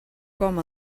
com